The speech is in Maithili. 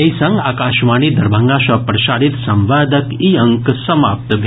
एहि संग आकाशवाणी दरभंगा सँ प्रसारित संवादक ई अंक समाप्त भेल